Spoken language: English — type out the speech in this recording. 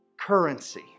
currency